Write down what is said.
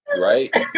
Right